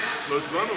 נתקבל.